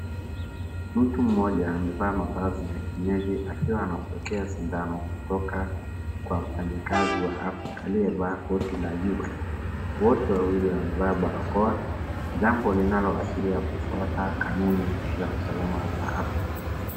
Mtu mmoja amevaa mavazi ya kienyeji akiwa anapokea sindano kutoka kwa mfanyakazi wa afya aliyevaa koti la nyuma. Wote wawili wamevaa barakoa jambo linaloashiria kufuata kanuni za usalama za afya.